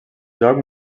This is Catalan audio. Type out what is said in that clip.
joc